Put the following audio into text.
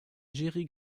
jerry